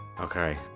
Okay